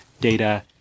data